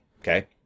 Okay